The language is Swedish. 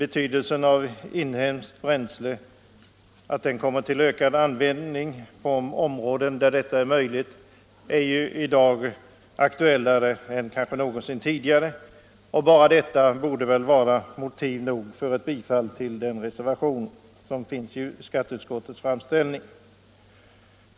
Att vårt inhemska bränsle kommer till ökad användning på områden där detta är möjligt är i dag mera aktuellt än kanske någonsin tidigare. Bara detta borde vara motiv nog för bifall till den reservation som har fogats till skatteutskottets förevarande betänkande.